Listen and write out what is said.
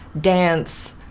dance